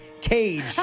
cage